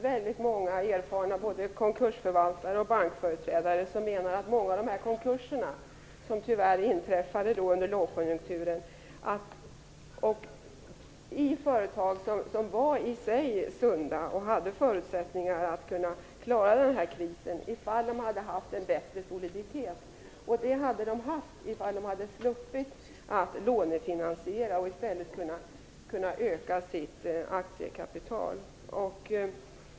Väldigt många erfarna konkursförvaltare och bankföreträdare menar att många av de konkurser som tyvärr inträffade under lågkonjunkturen hade kunnat undvikas om företag som var sunda och som hade haft förutsättningar att klara krisen om de hade haft en bättre soliditet hade sluppit lånefinansiera och i stället hade kunnat öka sitt aktiekapital.